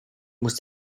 muss